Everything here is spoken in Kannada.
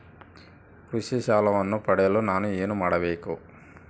ಕೃಷಿ ಸಾಲವನ್ನು ಪಡೆಯಲು ನಾನು ಏನು ಮಾಡಬೇಕು?